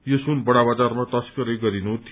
यो सुन बड़ा बजारमा तस्करी गरिनु थियो